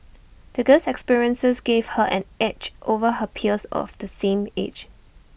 the girl's experiences gave her an edge over her peers of the same age